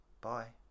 Bye